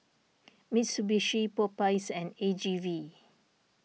Mitsubishi Popeyes and A G V